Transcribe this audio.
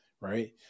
Right